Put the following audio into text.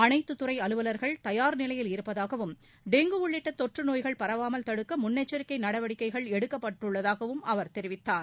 அனைத்து துறை அலுவல்கள் தயார் நிலையில் இருப்பதாகவும் டெங்கு உள்ளிட்ட தொற்றுநோய்கள் பரவாமல் தடுக்க முன்னெச்சரிக்கை நடவடிக்கைகள் எடுக்கப்பட்டுள்ளதாகவும் அவர் தெரிவித்தார்